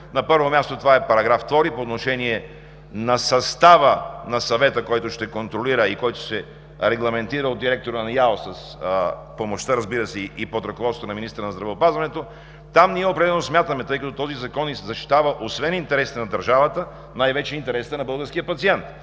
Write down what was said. На първо място, това е § 2 по отношение на състава на Съвета, който ще контролира и който ще се регламентира от директора на Изпълнителната агенция по лекарствата, с помощта, разбира се, и под ръководството на министъра на здравеопазването. Там ние определено смятаме – тъй като този закон защитава освен интересите на държавата, най-вече интересите на българския пациент,